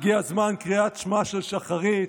הגיע זמן קריאת שמע של שחרית.